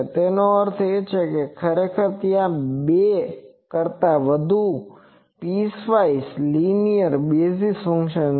તેનો અર્થ એ છે કે ખરેખર ત્યાં બે કરતા વધુ પીસવાઈઝ લીનીયર બેઝિસ ફંક્શન છે